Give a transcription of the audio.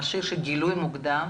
המכשיר של גילוי מוקדם,